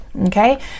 Okay